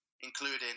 including